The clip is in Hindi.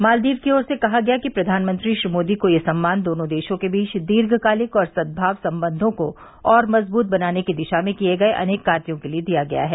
मालदीव की ओर से कहा गया कि प्रधानमंत्री श्री मोदी को यह सम्मान दोनों देशों के बीच दीर्घकालिक और सदभाव संबंधों को और मजबूत बनाने की दिशा में किए गये अनेक कार्यों के लिए दिया गया है